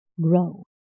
grow